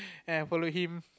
and follow him